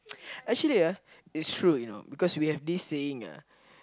actually ah it's true you know because we have this saying ah